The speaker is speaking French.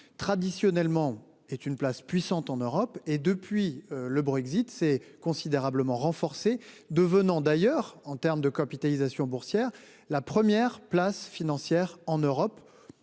traditionnellement est une place puissante en Europe et depuis le Brexit s'est considérablement renforcé venant d'ailleurs en terme de capitalisation boursière. La première place financière en Europe.